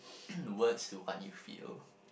words to what you feel